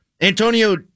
Antonio